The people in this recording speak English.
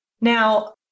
Now